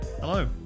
Hello